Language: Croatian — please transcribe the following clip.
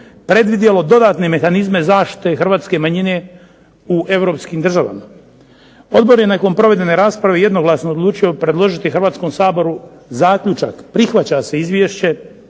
predvidjelo dodatne mehanizme zaštite hrvatske manjine u europskim državama. Odbor je nakon provedene rasprave jednoglasno odlučio predložiti Hrvatskom saboru zaključak: "Prihvaća se Izvješće